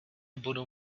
budu